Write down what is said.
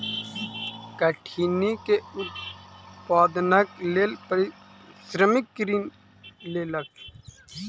कठिनी के उत्पादनक लेल श्रमिक ऋण लेलक